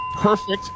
perfect